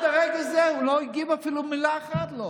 עד לרגע זה הוא לא הגיב, אפילו במילה אחת לא.